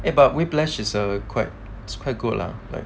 eh but whiplash is a quite it's quite good lah like